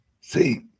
See